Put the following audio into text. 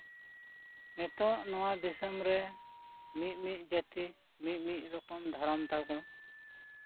ᱱᱤᱛᱳᱜ ᱱᱚᱣᱟ ᱫᱤᱥᱚᱢ ᱨᱮ ᱢᱤᱫᱼᱢᱤᱫ ᱡᱟᱹᱛᱤ ᱢᱤᱫᱼᱢᱤᱫ ᱨᱚᱠᱚᱢ ᱫᱷᱚᱨᱚᱢ ᱛᱟᱵᱚᱱ